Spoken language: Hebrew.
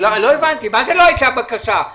לא הבנתי, מה זה לא הייתה בקשה?